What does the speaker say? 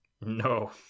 No